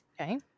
Okay